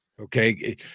okay